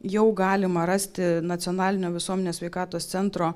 jau galima rasti nacionalinio visuomenės sveikatos centro